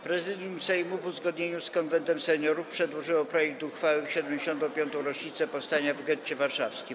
Prezydium Sejmu, w uzgodnieniu z Konwentem Seniorów, przedłożyło projekt uchwały w 75. rocznicę Powstania w Getcie Warszawskim.